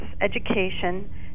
education